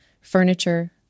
furniture